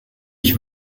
ich